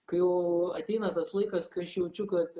kai jau ateina tas laikas kai aš jaučiu kad